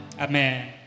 Amen